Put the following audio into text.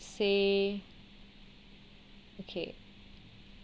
say okay